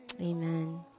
Amen